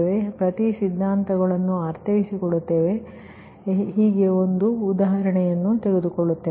ಅಂದರೆ ಪ್ರತಿ ಸಿದ್ಧಾಂತಗಳನ್ನು ಅರ್ಥೈಸಿಕೊಳ್ಳುತ್ತೇವೆ ನಾವು ಏನು ಮಾಡುತ್ತೇವೆಂದರೆ ನಾವು ಒಂದು ಉದಾಹರಣೆಯನ್ನು ತೆಗೆದುಕೊಳ್ಳುತ್ತೇವೆ